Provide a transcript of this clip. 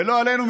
ולא עלינו,